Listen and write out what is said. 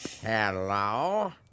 Hello